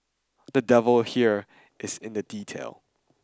the devil here is in the detail